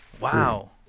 Wow